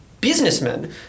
businessmen